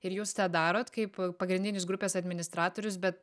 ir jūs tą darot kaip pagrindinis grupės administratorius bet